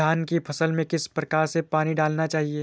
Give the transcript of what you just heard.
धान की फसल में किस प्रकार से पानी डालना चाहिए?